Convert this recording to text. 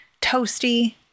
Toasty